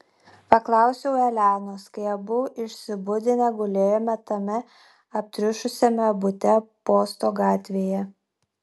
paklausiau elenos kai abu išsibudinę gulėjome tame aptriušusiame bute posto gatvėje